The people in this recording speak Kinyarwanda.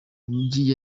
mujyi